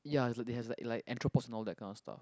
ya it's like they has like like that kind of stuff